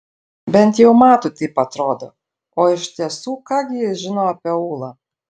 bent jau matui taip atrodo o iš tiesų ką gi jis žino apie ūlą